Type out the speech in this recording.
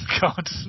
god